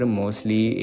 mostly